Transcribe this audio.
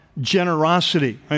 generosity